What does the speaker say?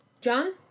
John